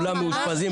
אני עוצר שניה כאן.